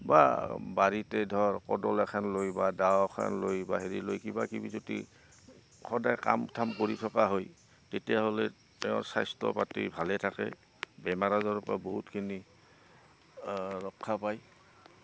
বা বাৰীতে ধৰ কোদাল এখন লৈ বা দা এখন লৈ বা হেৰি লৈ কিবাকিবি যদি সদায় কাম ঠাম কৰি থকা হয় তেতিয়াহ'লে তেওঁ স্বাস্থ্য পাতি ভালে থাকে বেমাৰ আজাৰ পৰা বহুতখিনি ৰক্ষা পায়